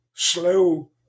slow